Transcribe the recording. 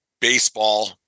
baseball